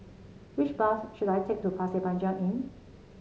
which bus should I take to Pasir Panjang Inn